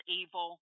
evil